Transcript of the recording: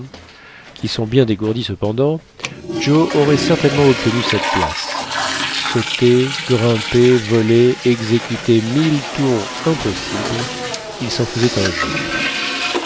qui sont bien dégourdis cependant joe aurait certainement obtenu cette place sauter grimper voler exécuter mille tours impossibles il s'en faisait un jeu